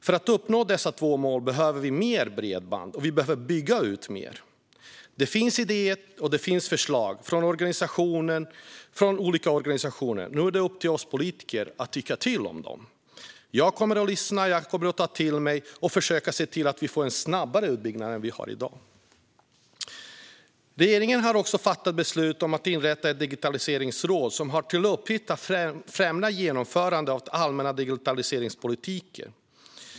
För att uppnå dessa två mål behöver vi mer bredband, och vi behöver bygga ut mer. Det finns idéer och förslag från olika organisationer. Nu är det upp till oss politiker att tycka till om dem. Jag kommer att lyssna, ta till mig och försöka se till att vi får en snabbare utbyggnad än vad vi har i dag. Regeringen har också fattat beslut om att inrätta ett digitaliseringsråd som har till uppgift att främja genomförandet av den allmänna digitaliseringspolitiken.